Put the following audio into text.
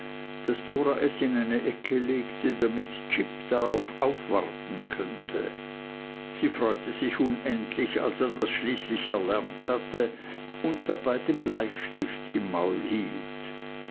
in eine ecke legte damit jip darauf aufwarten könnte sie freute sich unendlich als er das schließlich erlernt hatte und dabei den bleistift im maul hielt